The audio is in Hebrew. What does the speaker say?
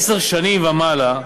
עשר שנים ומעלה,